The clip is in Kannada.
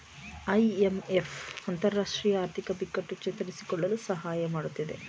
ಐ.ಎಂ.ಎಫ್ ಅಂತರರಾಷ್ಟ್ರೀಯ ಆರ್ಥಿಕ ಬಿಕ್ಕಟ್ಟು ಚೇತರಿಸಿಕೊಳ್ಳಲು ಸಹಾಯ ಮಾಡತ್ತಿದೆ